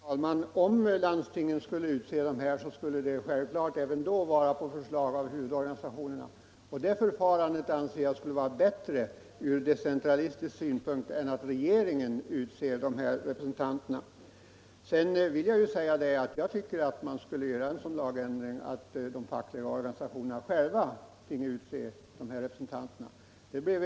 Herr talman! Om landstingen utsåg dessa styrelserepresentanter skulle det självfallet även då ske efter förslag av de fackliga huvudorganisationerna. Och det förfarandet anser jag skulle vara bättre från länsinflytandesynpunkt än att regeringen utser representanterna. Jag tycker först och främst att man skall göra en sådan lagändring så att de fackliga organisationerna själva får utse sina representanter i företagarföreningarnas styrelser.